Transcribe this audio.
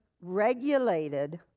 regulated